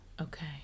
Okay